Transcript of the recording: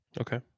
Okay